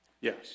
Yes